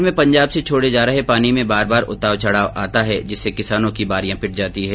गंगनहर में पंजाब से छोड़े जा रहे पानी में बार बार उतार चढ़ाव आता है जिससे किसानों की बारियां पिट जाती हैं